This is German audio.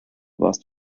warst